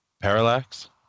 Parallax